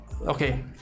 Okay